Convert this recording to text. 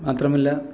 മാത്രമല്ല